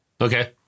Okay